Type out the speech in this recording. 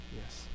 Yes